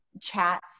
chats